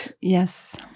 Yes